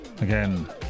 again